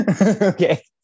okay